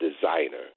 designer